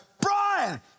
Brian